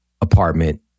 apartment